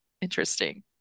interesting